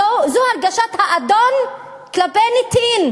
זו הרגשת האדון כלפי נתין: